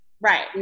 Right